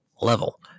level